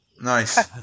nice